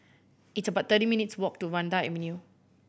it's about thirty minutes' walk to Vanda Avenue